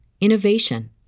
innovation